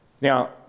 Now